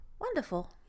wonderful